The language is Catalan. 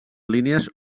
línies